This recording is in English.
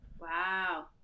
Wow